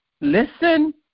Listen